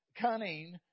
cunning